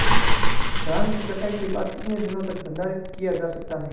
धान की कटाई के बाद कितने दिनों तक भंडारित किया जा सकता है?